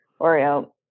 oreo